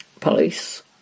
police